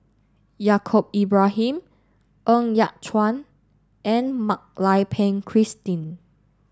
Yaacob Ibrahim Ng Yat Chuan and Mak Lai Peng Christine